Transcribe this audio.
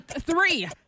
three